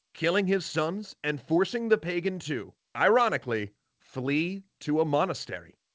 killing his sons and forcing the pagan to, ironically, flee to a monastery.